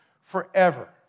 forever